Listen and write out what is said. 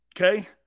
Okay